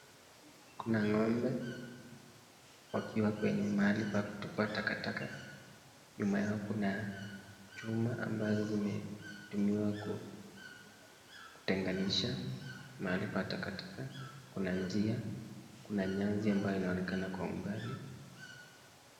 Kuna ngombe wakiwa kwenye mahali pa kutuba takataka. Nyuma yao kuna chuma ambayo zimetumiwa kutenganisha mahali pa takataka, kuna njia kuna nyasi ambayo huonekana kwa umbali.